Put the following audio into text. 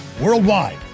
worldwide